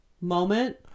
moment